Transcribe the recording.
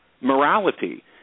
morality